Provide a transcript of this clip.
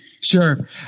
Sure